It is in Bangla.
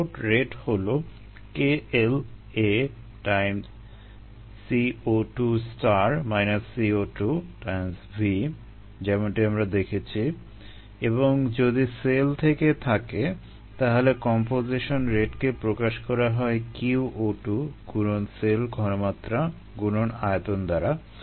ইনপুট রেট হলো যেমনটি আমরা দেখেছি এবং যদি সেল থেকে থাকে তাহলে কম্পোজিশন রেটকে প্রকাশ করা হয় qO2 গুণন সেল ঘনমাত্রা গুণন আয়তন দ্বারা